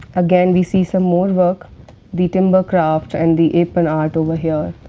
again, we see some more work the timber craft and the aepan art over here,